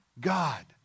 God